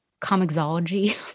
comiXology